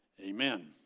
Amen